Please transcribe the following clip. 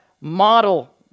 model